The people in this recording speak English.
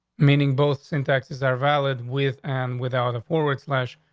meaning both in taxes are valid with and without a forward slash.